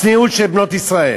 הצניעות של בנות ישראל.